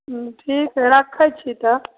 हुँ ठीक हइ रखै छी तऽ